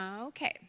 okay